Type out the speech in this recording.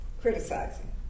Criticizing